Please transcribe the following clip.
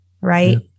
right